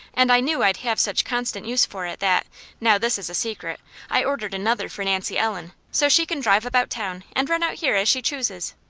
and i knew i'd have such constant use for it that now this is a secret i ordered another for nancy ellen, so she can drive about town, and run out here as she chooses.